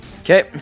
Okay